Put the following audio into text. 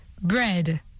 Bread